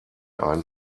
einen